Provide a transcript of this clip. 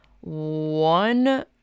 one